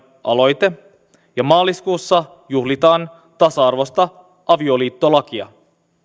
aloite eriarvoistavasta avioliittolaista ja maaliskuussa juhlitaan tasa arvoista avioliittolakia